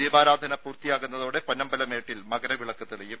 ദീപാരാധന പൂർത്തിയാകുന്നതോടെ പൊന്നമ്പലമേട്ടിൽ മകര വിളക്ക് തെളിയും